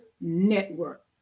Network